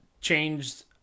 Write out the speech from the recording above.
changed